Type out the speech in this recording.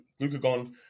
glucagon